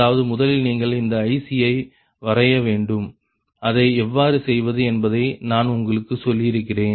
அதாவது முதலில் நீங்கள் இந்த ICs ஐ வரைய வேண்டும் அதை எவ்வாறு செய்வது என்பதை நான் உங்களுக்கு சொல்லியிருக்கிறேன்